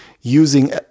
using